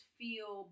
feel